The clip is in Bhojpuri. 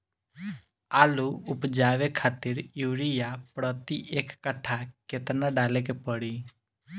आलू उपजावे खातिर यूरिया प्रति एक कट्ठा केतना डाले के पड़ी?